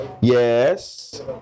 Yes